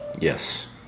Yes